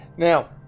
Now